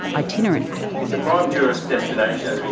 itinerants. it's a prime tourist destination,